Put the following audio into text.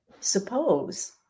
Suppose